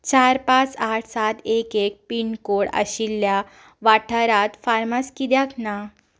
चार पांस आठ सात एक एक पिनकोड आशिल्ल्या वाठारांत फार्मास कित्याक ना